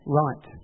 right